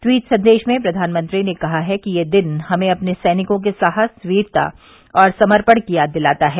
tweet संदेश में प्रधानमंत्री ने कहा है कि यह दिन हमें अपने सैनिकों के साहस वीरता और सर्म्पण की याद दिलाता है